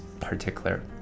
particular